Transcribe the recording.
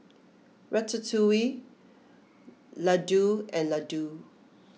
Ratatouille Ladoo and Ladoo